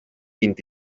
vint